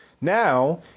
Now